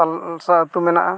ᱛᱟᱞᱥᱟ ᱟᱛᱳ ᱢᱮᱱᱟᱜᱼᱟ